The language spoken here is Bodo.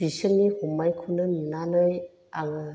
बिसोरनि हमनायखौनो नुनानै आङो